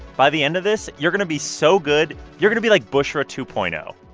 by the end of this, you're going to be so good, you're going to be like bushra two point um